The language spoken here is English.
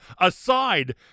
aside